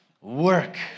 Work